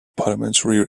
parliamentary